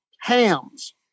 hams